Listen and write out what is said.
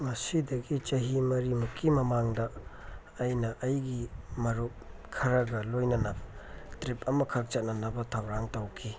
ꯉꯁꯤꯗꯒꯤ ꯆꯍꯤ ꯃꯔꯤꯃꯨꯛꯀꯤ ꯃꯃꯥꯡꯗ ꯑꯅ ꯑꯒꯤ ꯃꯔꯨꯞ ꯈꯔꯒ ꯂꯣꯏꯅꯅ ꯇ꯭ꯔꯤꯞ ꯑꯃꯈꯛ ꯆꯠꯅꯅꯕ ꯊꯧꯔꯥꯡ ꯇꯧꯈꯤ